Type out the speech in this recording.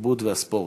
התרבות והספורט.